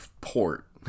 port